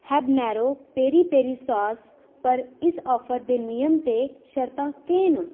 हाफनैरो पेरी पेरी सास उप्पर इस आफर दे नियम ते शर्तां केह् न